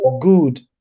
good